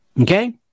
okay